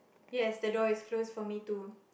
yes the door is closed for me too